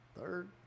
third